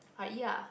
!huh! ya